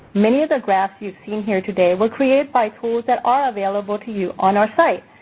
many of the graphs you've seen here today were created by tools that are available to you on our site.